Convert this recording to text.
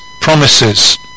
promises